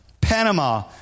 Panama